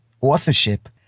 authorship